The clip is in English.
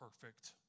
perfect